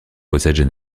possèdent